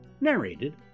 narrated